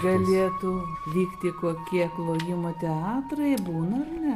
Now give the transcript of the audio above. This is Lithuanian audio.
galėtų vykti kokie klojimo teatrai būna ar ne